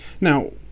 now